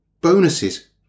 Bonuses